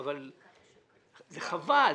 אבל חבל.